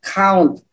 count